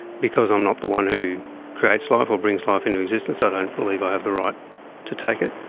because i'm not the one who creates life or brings life into existence i don't believe i have the right to take it.